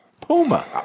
Puma